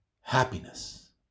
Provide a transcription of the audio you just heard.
happiness